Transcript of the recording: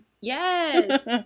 Yes